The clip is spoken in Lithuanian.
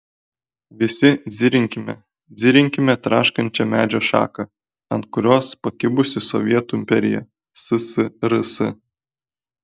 visi dzirinkime dzirinkime traškančią medžio šaką ant kurios pakibusi sovietų imperija ssrs